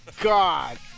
God